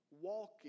walking